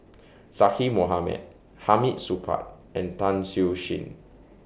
Zaqy Mohamad Hamid Supaat and Tan Siew Sin